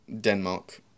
Denmark